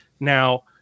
Now